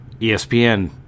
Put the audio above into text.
ESPN